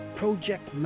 project